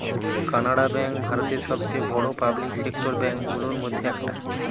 Canara bank ভারতের সবচেয়ে বড়ো পাবলিক সেক্টর ব্যাঙ্ক গুলোর মধ্যে একটা